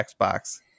Xbox